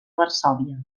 varsòvia